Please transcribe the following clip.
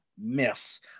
miss